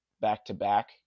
back-to-back